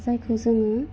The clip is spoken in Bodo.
जायखौ जोङो